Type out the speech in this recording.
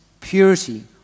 purity